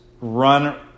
run